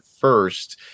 first